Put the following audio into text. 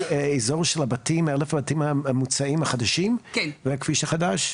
אזור של הבתים המוצעים החדשים והכביש החדש?